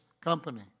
company